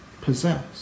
possess